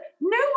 no